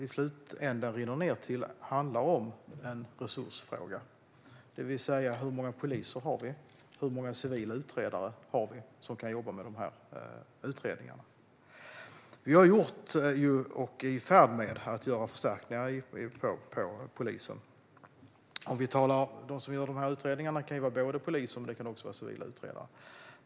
I slutändan är det en resursfråga: Hur många poliser och hur många civila utredare har vi som kan jobba med dessa utredningar? Vi har gjort, och är i färd med att göra, förstärkningar för polisen. De som gör dessa utredningar kan vara både poliser och civila utredare.